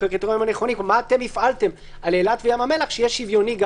כנכונים מה הפעלתם על אילת וים המלח שיהיה שוויוני.